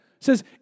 says